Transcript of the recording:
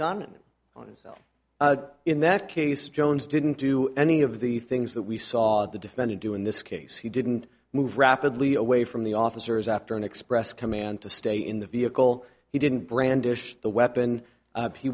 gun on himself in that case jones didn't do any of the things that we saw the defendant do in this case he didn't move rapidly away from the officers after an express command to stay in the vehicle he didn't brandish the weapon